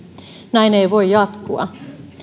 näin ei voi jatkua